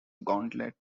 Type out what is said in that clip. gauntlet